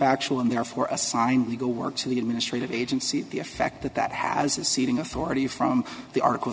factual and therefore assigned legal work to the administrative agency the effect that that has is ceding authority from the article